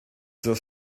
does